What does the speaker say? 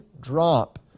drop